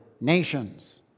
nations